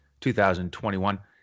2021